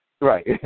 Right